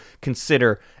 consider